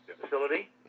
facility